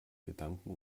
gedanken